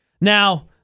Now